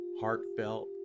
heartfelt